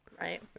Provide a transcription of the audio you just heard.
right